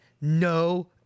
no